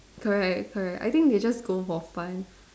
correct correct I think they just go for fun